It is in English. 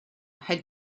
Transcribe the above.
had